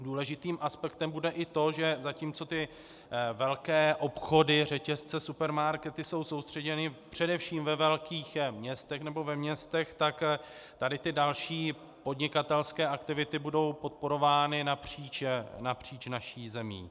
Důležitým aspektem bude i to, že zatímco ty velké obchody, řetězce, supermarkety jsou soustředěny především ve velkých městech nebo ve městech, tak tady ty další podnikatelské aktivity budou podporovány napříč naší zemí.